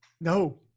No